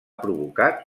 provocat